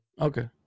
okay